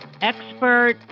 expert